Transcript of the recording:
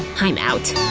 i'm out.